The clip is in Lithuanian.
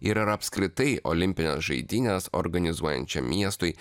ir ar apskritai olimpinės žaidynės organizuojančiam miestui